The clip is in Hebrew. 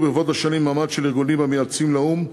ברבות השנים מעמד של ארגונים המייעצים לאו"ם,